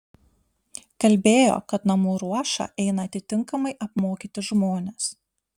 kalbėjo kad namų ruošą eina atitinkamai apmokyti žmonės